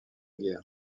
guerre